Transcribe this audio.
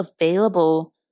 available